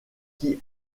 qui